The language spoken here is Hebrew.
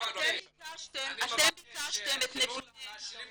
אתם ביקשתם את נתוני --- תנו לה להשלים.